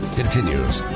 continues